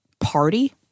party